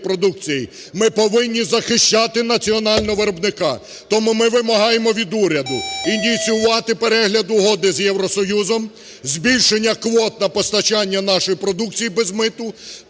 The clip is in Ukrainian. ми повинні захищати національного виробника. Тому ми вимагаємо від уряду ініціювати перегляд Угоди з Євросоюзом, збільшення квот на постачання нашої продукції без мита,